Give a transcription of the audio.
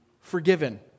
forgiven